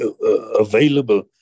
available